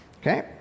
okay